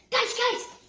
guys, guys!